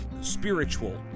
spiritual